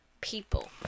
people